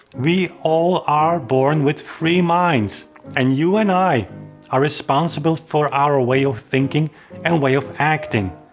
we all are born with free minds and you and i are responsible for our way of thinking and way of acting.